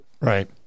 Right